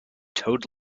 toad